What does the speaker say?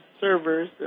servers